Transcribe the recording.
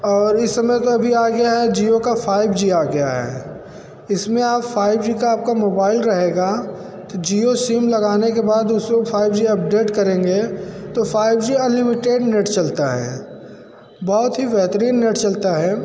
और इस समय तो अभी आ गया है जियो का फाइव जी आ गया है इस में आप फाइव जी का आप का मोबाइल रहेगा तो जियो सिम लगाने के बाद उस में फाइव जी अपडेट करेंगे तो फाइव जी अनलिमिटेड नेट चलता है बहुत ही बेहतरीन नेट चलता है